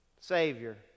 Savior